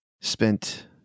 spent